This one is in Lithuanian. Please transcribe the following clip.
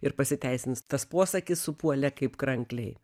ir pasiteisins tas posakis supuolė kaip krankliai